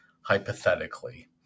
hypothetically